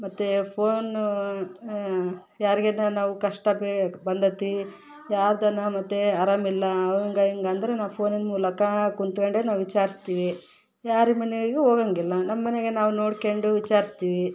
ಮತ್ತು ಫೋನು ಯಾರಿಗೇನು ನಾವು ಕಷ್ಟ ಬೇಗ ಬಂದತಿ ಯಾರ್ದಾನ ಮತ್ತು ಆರಾಮಿಲ್ಲ ಅವಂಗೆ ಹಿಂಗೆ ಅಂದ್ರೂ ಫೋನಿನ ಮೂಲಕ ಕೂತ್ಕಂಡೆ ನಾವು ವಿಚಾರಿಸ್ತೀವಿ ಯಾರ ಮನೆಗೂ ಹೋಗಂಗಿಲ್ಲ ನಮ್ಮಮನೆಗ ನಾವು ನೋಡ್ಕೊಂಡು ವಿಚಾರಿಸ್ತೀವಿ